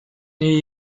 new